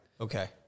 okay